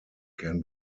can